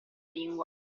lingua